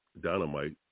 Dynamite